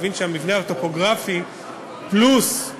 ומי שמכיר את כיכר השבת מבין שהמבנה הטופוגרפי פלוס העומס